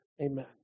Amen